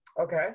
Okay